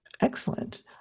Excellent